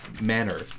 manner